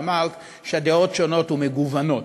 אמרת שהדעות שונות ומגוונות.